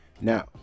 now